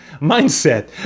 mindset